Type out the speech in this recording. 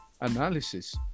analysis